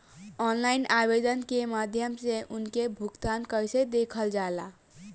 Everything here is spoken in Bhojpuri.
ऑनलाइन आवेदन के माध्यम से उनके भुगतान कैसे देखल जाला?